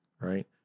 Right